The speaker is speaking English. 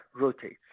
rotates